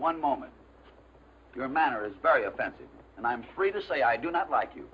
one moment your manners very offensive and i'm free to say i do not like you